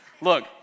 Look